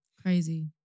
Crazy